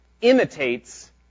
imitates